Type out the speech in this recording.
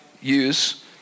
use